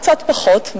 קצת פחות,